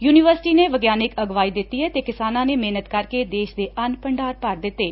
university ਨੇ ਵਿਗਿਆਨਕ ਅਗਵਾਈ ਦਿੱਤੀ ਅਤੇ ਕਿਸਾਨਾਂ ਨੇ ਮਿਹਨਤ ਕਰਕੇ ਦੇਸ਼ ਦੇ ਅੰਨ ਭੰਡਾਰ ਭਰ ਦਿੱਤੈ